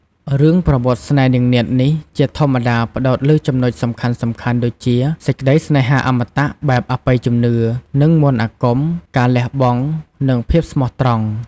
រឿងប្រវត្តិស្នេហ៍នាងនាថនេះជាធម្មតាផ្តោតលើចំណុចសំខាន់ៗដូចជា សេចក្តីស្នេហាអមតៈបែបអបិយជំនឿ និងមន្តអាគម ការលះបង់ និងភាពស្មោះត្រង់ ។